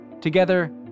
Together